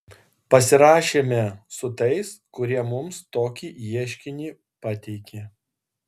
pasirašėme su tais kurie mums tokį ieškinį pateikė